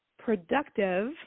Productive